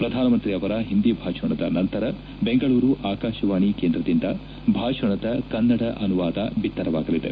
ಪ್ರಧಾನಮಂತ್ರಿ ಅವರ ಹಿಂದಿ ಭಾಷಣದ ನಂತರ ಬೆಂಗಳೂರು ಆಕಾಶವಾಣಿ ಕೇಂದ್ರದಿಂದ ಭಾಷಣದ ಕನ್ನಡ ಅನುವಾದ ಬಿತ್ತರವಾಗಲಿದೆ